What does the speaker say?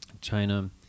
china